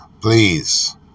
Please